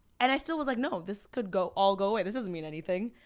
and i still was like no, this could go all go away. this doesn't mean anything.